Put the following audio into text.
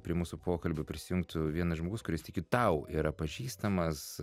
prie mūsų pokalbio prisijungtų vienas žmogus kuris tikiu tau yra pažįstamas